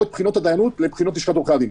את בחינות הדיינות לבחינות לשכת עורכי הדין.